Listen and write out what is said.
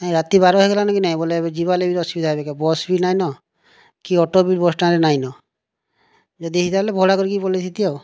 ନାଇଁ ରାତି ବାର ହେଇଗଲାଣି କି ନାଇଁ ବୋଇଲେ ଏବେ ଯିବାର୍ ଲାଗି ଅସୁବିଧା ହେବ ବସ୍ ବି ନାଇନ କି ଅଟୋ ବି ବସ୍ ଷ୍ଟାଣ୍ଡ୍ ରେ ନାଇନ ଯଦି ହେଇଥିତା ବୋଲେ ଭଡ଼ା କରି ପଳେଇଥିତି ଆଉ